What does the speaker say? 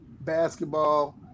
basketball